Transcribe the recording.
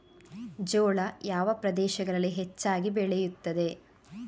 ಜೋಳ ಯಾವ ಪ್ರದೇಶಗಳಲ್ಲಿ ಹೆಚ್ಚಾಗಿ ಬೆಳೆಯುತ್ತದೆ?